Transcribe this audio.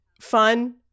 fun